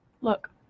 look